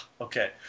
okay